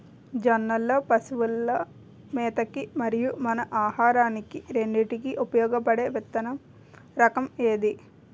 జొన్నలు లో పశువుల మేత కి మరియు మన ఆహారానికి రెండింటికి ఉపయోగపడే విత్తన రకం ఏది?